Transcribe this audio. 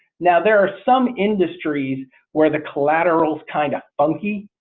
now there are some industries where the collateral is kind of funky